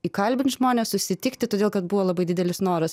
įkalbint žmones susitikti todėl kad buvo labai didelis noras